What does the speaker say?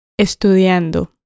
Estudiando